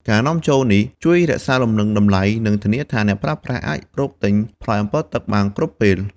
ការនាំចូលនេះជួយរក្សាលំនឹងតម្លៃ និងធានាថាអ្នកប្រើប្រាស់អាចរកទិញផ្លែអម្ពិលទឹកបានគ្រប់ពេល។